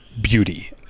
beauty